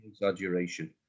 exaggeration